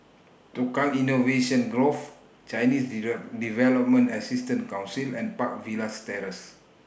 Tukang Innovation Grove Chinese Development Assistance Council and Park Villas Terrace